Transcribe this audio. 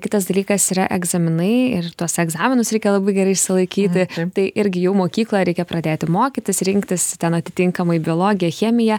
kitas dalykas yra egzaminai ir tuos egzaminus reikia labai gerai išsilaikyti tai irgi jau mokykloj reikia pradėti mokytis rinktis ten atitinkamai biologiją chemiją